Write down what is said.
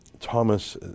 Thomas